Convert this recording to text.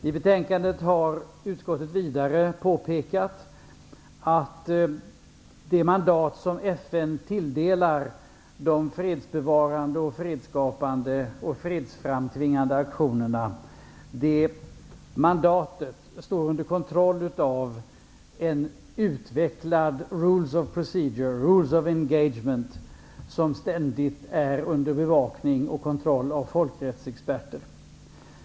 I betänkandet har utskottet vidare påpekat att det mandat som FN tilldelar de fredsbevarande, fredsskapande och fredsframtvingande aktionerna står under kontroll av en utvecklad s.k. rules of procedure, rules of engagement, som ständigt är under bevakning och kontroll av folkrättsexperter.